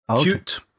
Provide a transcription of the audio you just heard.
cute